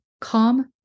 calm